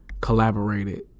Collaborated